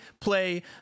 play